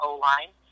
O-line